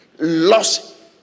Lost